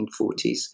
1940s